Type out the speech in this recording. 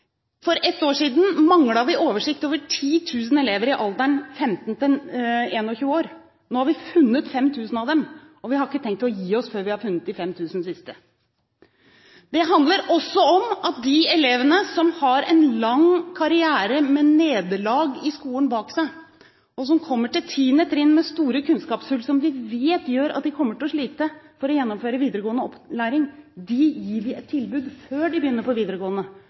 For ett år siden manglet vi oversikt over 10 000 elever i alderen 15 til 21 år. Nå har vi funnet 5 000 av dem, og vi har ikke tenkt å gi oss før vi har funnet de 5 000 siste. Det handler også om at de elevene som har en lang karriere med nederlag i skolen bak seg, og som kommer til tiende trinn med store kunnskapshull som vi vet gjør at de kommer til å slite med å gjennomføre videregående opplæring, gir vi et tilbud før de begynner på videregående